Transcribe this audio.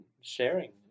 sharing